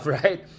right